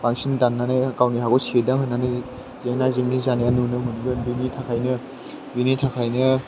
बांसिन दाननानै गावनि हाखौ सेरदों होननानै जेंना जेंनि जानाया नुनो मोनगोन बेनि थाखायनो